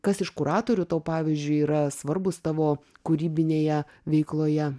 kas iš kuratorių tau pavyzdžiui yra svarbūs tavo kūrybinėje veikloje